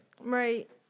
Right